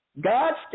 God's